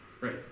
Right